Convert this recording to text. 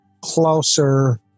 closer